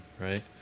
right